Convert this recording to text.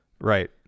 Right